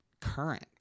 current